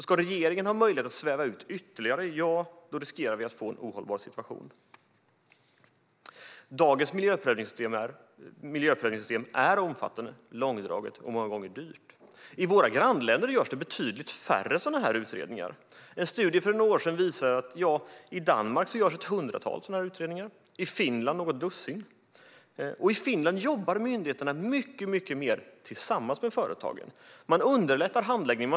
Ska regeringen ha möjlighet att sväva ut ytterligare riskerar vi att få en ohållbar situation. Dagens miljöprövningssystem är omfattande, långdraget och många gånger dyrt. I våra grannländer görs betydligt färre sådana här utredningar. En studie för några år sedan visade att i Danmark görs ett hundratal och i Finland något dussin. I Finland jobbar myndigheterna mycket mer tillsammans med företagen för att underlätta handläggningen.